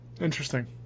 Interesting